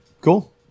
Cool